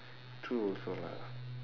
true also lah